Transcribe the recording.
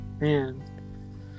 man